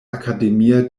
akademia